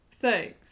thanks